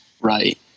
Right